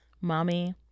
Mommy